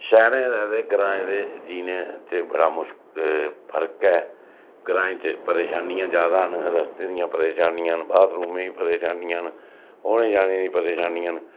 शैह्रें दे ते ग्राएं दे जीने च बड़ा मुश फर्क ऐ ग्राएं च परेशानियां ज्यादा न रस्ते दियां परेशानियां न बाथरूम दियां परेशानियां न औने जाने दियां परेशानियां न